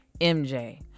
mj